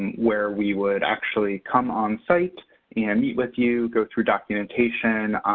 where we would actually come on site and meet with you, go through documentation,